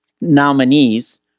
Nominees